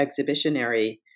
exhibitionary